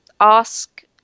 ask